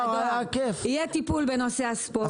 יהיה טיפול בנושא הספורט.